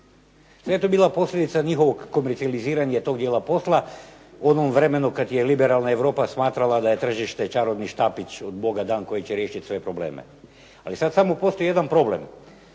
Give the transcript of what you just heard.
je to bila posljedica njihovog komercijaliziranja tog dijela posla u onom vremenu kad je liberalna Europa smatrala da je tržište čarobni štapić od Boga dan koji će riješiti sve probleme. Ali sad samo postoji jedan problem,